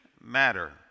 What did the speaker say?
matter